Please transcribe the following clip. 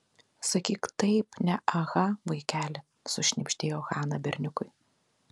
sakyk taip ne aha vaikeli sušnibždėjo hana berniukui